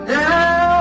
now